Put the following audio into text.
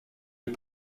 les